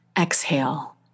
Exhale